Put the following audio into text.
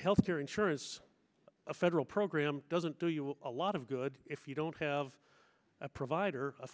health care insurance a federal program doesn't do you a lot of good if you don't have a provider a